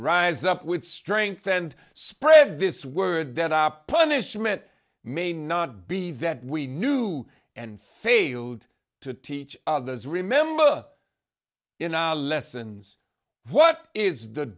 rise up with strength and spread this word that op punishment may not be that we knew and favor to teach others remember in our lessons what is the